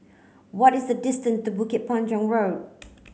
what is the distance to Bukit Panjang Road